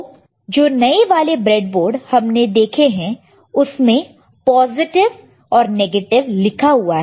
तो जो नए वाले ब्रेडबोर्ड हमने देखे उसमें पॉजिटिव और नेगेटिव लिखा हुआ है